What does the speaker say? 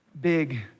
big